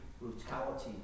brutality